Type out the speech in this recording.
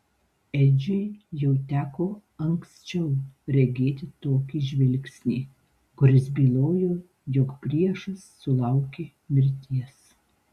edžiui jau teko anksčiau regėti tokį žvilgsnį kuris bylojo jog priešas sulaukė mirties